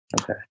Okay